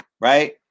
right